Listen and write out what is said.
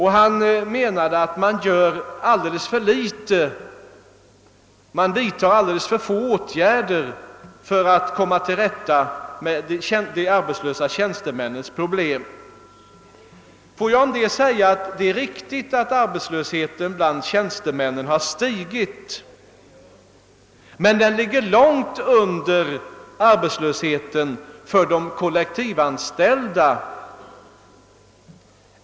Han menade att man vidtar alldeles för få åtgärder för att komma till rätta med de arbetslösa tjänstemännens problem. Visserligen har arbetslösheten bland tjänstemännen stigit, men den ligger långt under arbetslösheten bland de kollektivanställda.